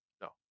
no